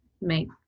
make